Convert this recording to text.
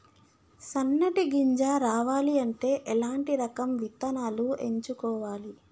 సన్నటి గింజ రావాలి అంటే ఎలాంటి రకం విత్తనాలు ఎంచుకోవాలి?